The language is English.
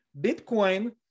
bitcoin